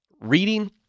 reading